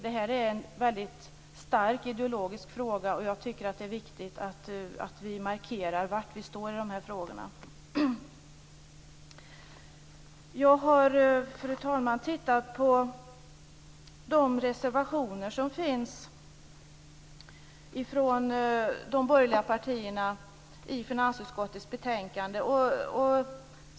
Det här är en starkt ideologisk fråga, och jag tycker att det är viktigt att vi markerar var vi står i de här frågorna. Jag har, fru talman, tittat på de reservationer som finns från de borgerliga partierna i finansutskottets betänkande.